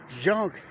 young